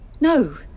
No